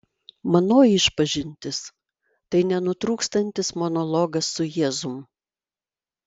manoji išpažintis tai nenutrūkstantis monologas su jėzum